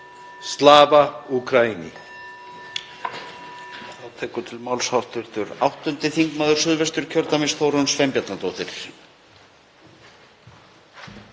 Slava Ukraini.